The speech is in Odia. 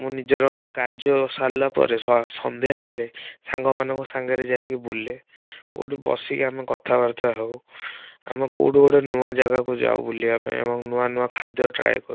ମୁଁ ନିଜର କାର୍ଯ୍ୟ ସାରିଲା ପରେ ସନ୍ଧ୍ୟା ହେଲେ ସାଙ୍ଗମାନଙ୍କ ସାଙ୍ଗରେ ଯାଇକି ବୁଲେ କେଉଁଠି ବସିକି ଆମେ କଥାବାର୍ତ୍ତା ହଉ ଆମେ କେଉଁଠୁ ଗୋଟେ ନୂଆ ଜାଗାକୁ ଯାଉ ବୁଲିବା ପାଇଁ ଏବଂ ନୂଆ ନୂଆ ଖାଦ୍ୟ ଟ୍ରାଏ କରୁ